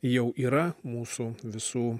jau yra mūsų visų